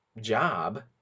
job